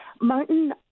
Martin